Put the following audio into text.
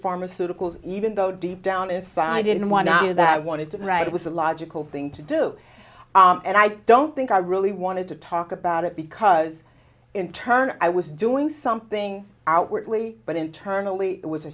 pharmaceuticals even though deep down inside i didn't want to do that i wanted to write it was a logical thing to do and i don't think i really wanted to talk about it because in turn i was doing something outwardly but internally it was a